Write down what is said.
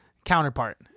Counterpart